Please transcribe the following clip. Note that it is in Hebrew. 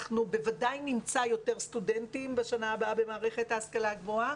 אנחנו בוודאי נמצא יותר סטודנטים בשנה הבאה במערכת ההשכלה הגבוהה.